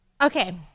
Okay